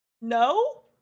No